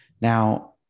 Now